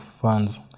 funds